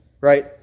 right